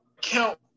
count